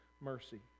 mercy